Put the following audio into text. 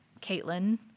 Caitlin